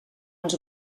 ens